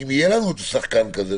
שאם יהיה לנו שחקן כזה,